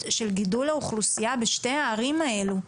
של גידול האוכלוסייה בשנתי הערים האלו.